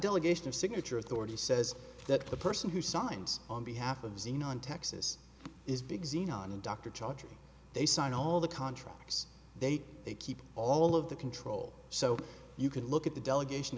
delegation of signature authority says that the person who signs on behalf of xenon texas is big xenon and dr charging they sign all the contracts they take they keep all of the control so you can look at the delegation